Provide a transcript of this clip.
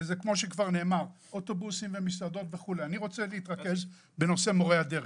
אני רוצה להתרכז בנושא מורי הדרך.